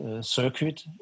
circuit